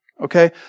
Okay